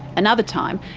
another time,